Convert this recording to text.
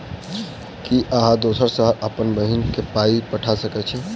की अहाँ दोसर शहर सँ अप्पन बहिन केँ पाई पठा सकैत छी?